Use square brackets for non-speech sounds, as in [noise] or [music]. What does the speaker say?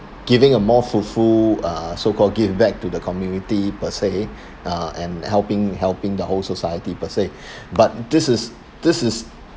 giving a more fruitful uh so-called give back to the community per se [breath] uh and helping helping the whole society per se [breath] but this is this is